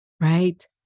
right